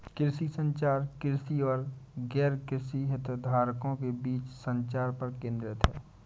कृषि संचार, कृषि और गैरकृषि हितधारकों के बीच संचार पर केंद्रित है